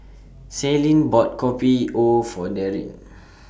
Ceylon bought Kopi O For Darryn